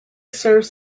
serves